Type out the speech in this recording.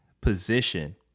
position